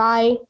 Bye